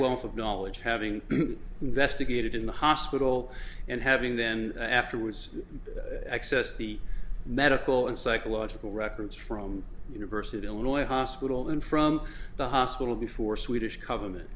wealth of knowledge having investigated in the hospital and having then afterwards accessed the medical and psychological records from university of illinois hospital then from the hospital before swedish gove